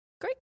Great